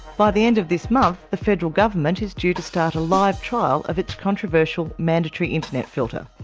by the end of this month, the federal government is due to start a live trial of its controversial mandatory internet filter.